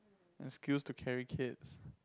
and skills to carry kids